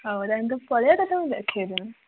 ହେଉ ନାଇଁ ତୁ ପଳେଇଆ ତୋତେ ମୁଁ ଦେଖାଇ ଦେବି